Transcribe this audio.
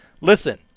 Listen